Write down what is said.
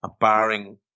Barring